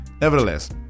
nevertheless